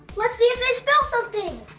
let's see if they spell something!